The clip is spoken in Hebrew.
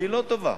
לא טובה.